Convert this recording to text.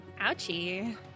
Ouchie